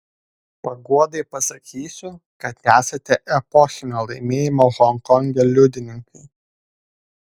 paguodai pasakysiu kad esate epochinio laimėjimo honkonge liudininkai